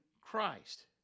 Christ